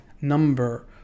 number